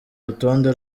rutonde